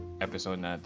episode